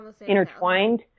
intertwined